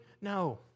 No